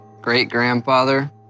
great-grandfather